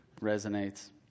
resonates